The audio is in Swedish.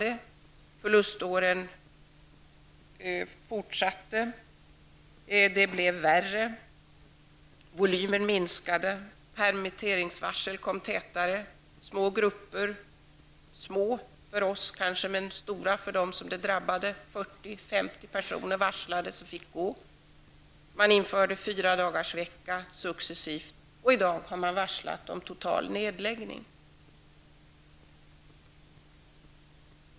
Det blev fler förlustår. Det blev alltså värre. Volymen minskade. Permitteringsvarslen kom allt tätare. Vi kan tycka att det var små grupper som drabbades. Men de som drabbades ansåg att det var stora grupper. 40-- Fyradagarsvecka infördes successivt, och i dag finns det varsel om en total nedläggning.